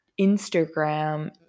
Instagram